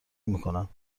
نمیکنم